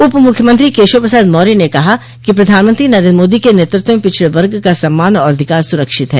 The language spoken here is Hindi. उप मुख्यमंत्री केशव प्रसाद मौय ने कहा कि प्रधानमंत्री नरेन्द्र मोदी के नेतृत्व में पिछड़े वर्ग का सम्मान और अधिकार स्रक्षित है